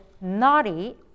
naughty